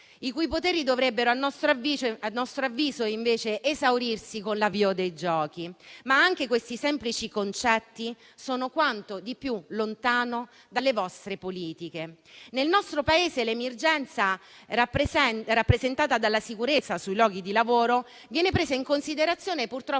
i cui poteri invece dovrebbero, a nostro avviso, esaurirsi con l'avvio dei Giochi, ma anche questi semplici concetti sono quanto di più lontano dalle vostre politiche. Nel nostro Paese, l'emergenza rappresentata dalla sicurezza sui luoghi di lavoro viene presa in considerazione